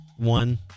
One